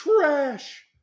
Trash